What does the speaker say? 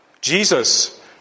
Jesus